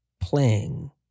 playing